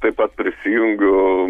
taip pat prisijungiu